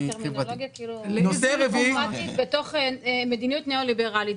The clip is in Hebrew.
זה טרמינולוגיה כאילו דמוקרטית בתוך מדיניות ניאו-ליברלית.